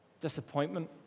disappointment